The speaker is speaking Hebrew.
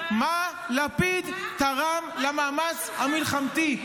מה לפיד תרם למאמץ המלחמתי?